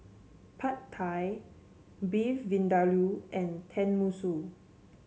Pad Thai Beef Vindaloo and Tenmusu